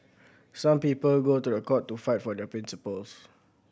some people go to a court to fight for their principles